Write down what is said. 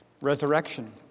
resurrection